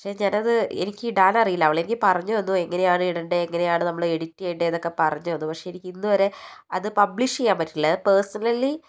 പക്ഷെ ഞാനത് എനിക്ക് ഇടാനറിയില്ല അവളെനിക്ക് പറഞ്ഞ് തന്നു എങ്ങനെയാണ് ഇടണ്ടത് എങ്ങനെയാണ് നമ്മള് എഡിറ്റ് ചെയ്യണ്ടത് എന്നൊക്കെ പറഞ്ഞു തന്നു പക്ഷെ എനിക്ക് ഇന്ന് വരെ അത് പബ്ലിഷ് ചെയ്യാൻ പറ്റിയില്ല പേഴ്സണലി